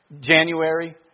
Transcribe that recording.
January